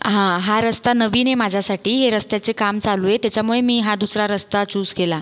हा हा रस्ता नवीन आहे माझ्यासाठी रस्त्याचं काम चालू आहे त्याच्यामुळे मी हा दुसरा रस्ता चूज केला